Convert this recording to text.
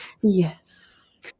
Yes